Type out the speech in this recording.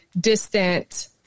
distant